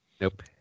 Nope